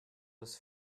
was